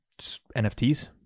NFTs